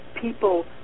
people